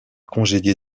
congédié